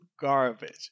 garbage